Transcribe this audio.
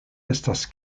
estas